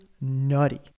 nutty